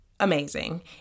amazing